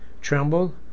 tremble